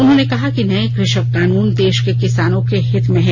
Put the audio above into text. उन्होंने कहा कि नए कृषक कानून देश के किसानों के हित में है